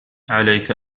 عليك